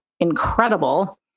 incredible